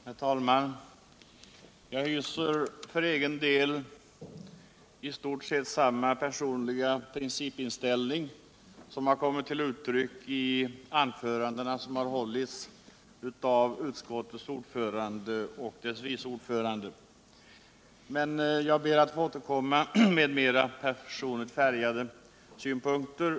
Herr talman! Jag har för egen del i stort sett samma principinställning som har kommit till uttryck i de anföranden som hållits av utskottets ordförande och dess vice ordförande. Men jag ber att få återkomma med mer personliga synpunkter.